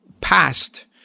past